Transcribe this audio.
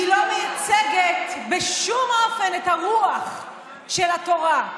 היא לא מייצגת בשום אופן את הרוח של התורה,